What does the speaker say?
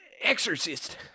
exorcist